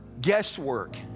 guesswork